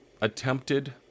attempted